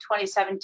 2017